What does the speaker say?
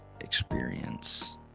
experience